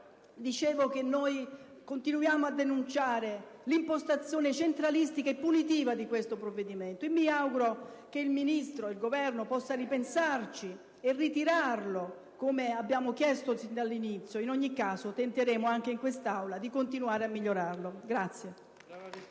Dicevo che noi continuiamo a denunciare l'impostazione centralistica e punitiva di questo provvedimento e mi auguro che il Ministro e il Governo possano ripensarci e ritirarlo, come abbiamo chiesto sin dall'inizio. In ogni caso tenteremo anche in quest'Aula di continuare a migliorarlo.